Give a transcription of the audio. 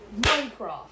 Minecraft